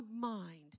mind